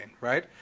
right